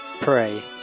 pray